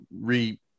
re-